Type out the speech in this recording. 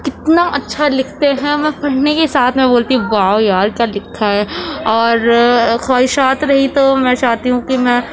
کتنا اچھا لکھتے ہیں میں پڑھنے کے ساتھ میں بولتی ہوں واو یار کیا لکھا ہے اور خواہشات رہی تو میں چاہتی ہوں کہ میں